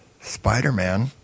Spider-Man